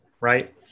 right